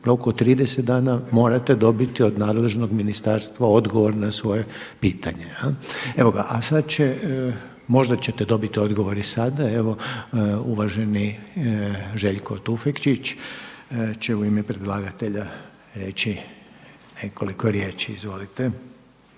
roku od 30 dana morate dobiti od nadležnog ministarstva odgovor na svoje pitanje. Možda ćete dobiti odgovor i sada, evo uvaženi Željko Tufekčić će u ime predlagatelja reći nekoliko riječi. Izvolite.